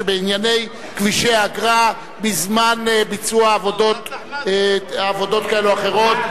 שבענייני כבישי אגרה בזמן ביצוע עבודות כאלו או אחרות,